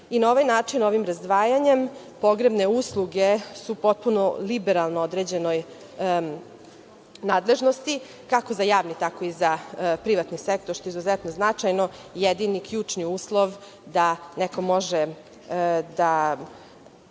i na ovaj način, ovim razdvajanjem, pogrebne usluge su potpuno liberalno u određenoj nadležnosti, kako za javni, tako i za privatni sektor, što je izuzetno značajno. Jedini ključni uslov da neko može da